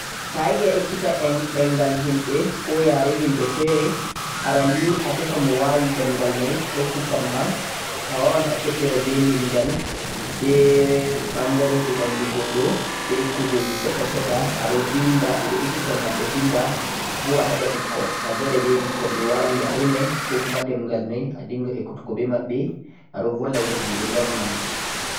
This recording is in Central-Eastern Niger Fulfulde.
Ta'ayiɗe a ekkita ɗemngal ko yare himɓe fere, arannii a tefa mo wawi ɗemngal mai ekkitamma. Awawan a fuɗɗera be limngal, ende gaɓaji ɓandu neɗɗo. Sai adinga vindugo aɗon dursa boo.